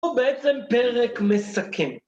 הוא בעצם פרק מסכם.